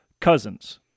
cousins